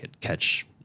catch